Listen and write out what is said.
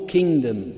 Kingdom